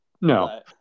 No